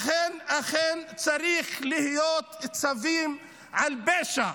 אכן, אכן, צריכים להיות צווים על פשע,